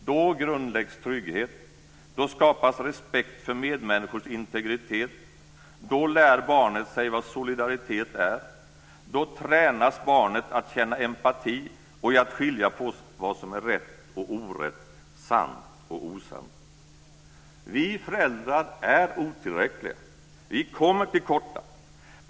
Då grundläggs trygghet, då skapas respekt för medmänniskors integritet, då lär barnet sig vad solidaritet är, då tränas barnet att känna empati och i att skilja på vad som är rätt och orätt, sant och osant. Vi föräldrar är otillräckliga, vi kommer till korta.